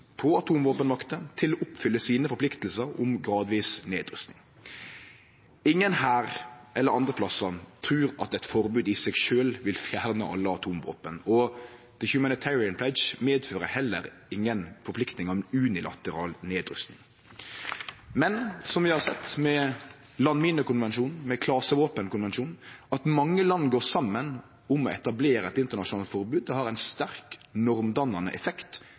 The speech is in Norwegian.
på atomvåpenmakter til å oppfylle forpliktingane sine om gradvis nedrusting. Ingen her eller andre plassar trur at eit forbod i seg sjølv vil fjerne alle atomvåpen. Humanitarian Pledge medfører heller inga forplikting om unilateral nedrusting. Men – som vi har sett med landminekonvensjonen og med klasevåpenkonvensjonen – det at mange land går saman om å etablere eit internasjonalt forbod, har ein sterk, normdannande effekt.